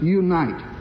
unite